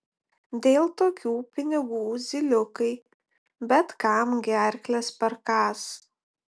dėl tokių pinigų zyliukai bet kam gerkles perkąs